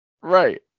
Right